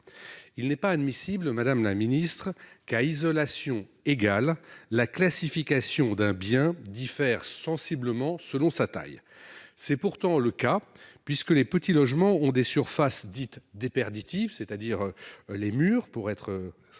Il n'est pas admissible, madame la secrétaire d'État, qu'à isolation égale, la classification d'un bien diffère sensiblement selon sa taille. C'est pourtant le cas puisque les petits logements ont des surfaces dites déperditives- essentiellement les murs